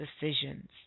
decisions